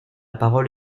parole